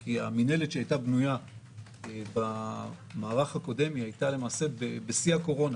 כי המינהלת שהייתה בנויה במערך הקודם הייתה בשיא הקורונה